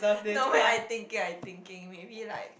no wait I thinking I thinking maybe like